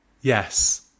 Yes